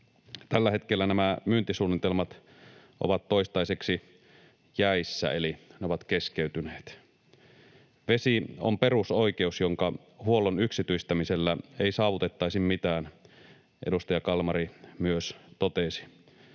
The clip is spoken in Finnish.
Tällä hetkellä nämä myyntisuunnitelmat ovat toistaiseksi jäissä, eli ne ovat keskeytyneet. ”Vesi on perusoikeus, jonka huollon yksityistämisellä ei saavutettaisi mitään”, edustaja Kalmari myös totesi.